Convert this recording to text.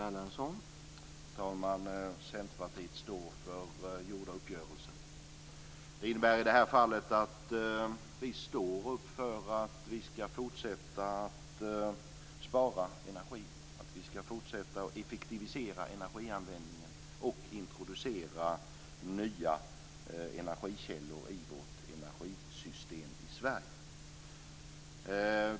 Herr talman! Centerpartiet står för träffade uppgörelser. I det här fallet innebär det att vi står upp för att fortsätta att spara energi, att vi ska fortsätta att effektivisera energianvändningen och introducera nya energikällor i energisystemet i Sverige.